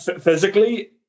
Physically